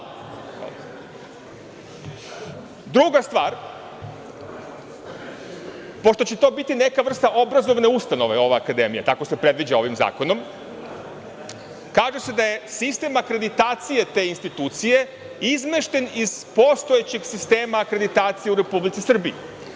Druga stvar, pošto će to biti neka vrsta obrazovne ustanove, ova akademija, tako se predviđa ovim zakonom, kaže se da je sistem akreditacije te institucije izmešten iz postojećeg sistema akreditacije u Republici Srbiji.